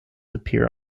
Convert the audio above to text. appear